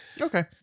Okay